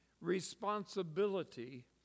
responsibility